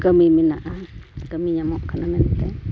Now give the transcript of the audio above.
ᱠᱟᱹᱢᱤ ᱢᱮᱱᱟᱜᱼᱟ ᱠᱟᱹᱢᱤ ᱧᱟᱢᱚᱜ ᱠᱟᱱᱟ ᱢᱮᱱᱛᱮ